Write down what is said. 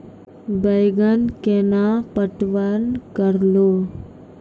बैंगन केना पटवन करऽ लो?